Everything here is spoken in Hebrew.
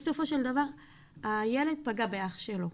בסופו של דבר הילד פגע באח שלו.